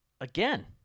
again